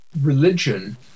religion